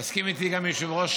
יסכים איתי גם יושב-ראש